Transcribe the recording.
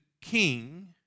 king